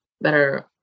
better